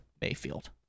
Mayfield